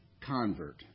convert